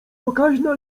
pokaźna